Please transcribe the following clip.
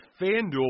FanDuel